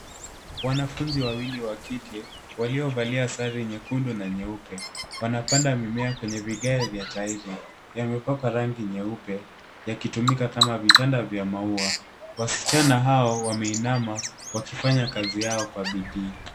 Wanafunzi wawili wa kike, waliovalia sare nyekundu, na nyeupe. Wanapanda mimea kwenye vigae vya tairi. Yamepakwa rangi nyeupe yakitumika kama vitanda vya maua. Wasichana hao wameinama, wakifanya kazi yao kwa bidii.